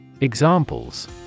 Examples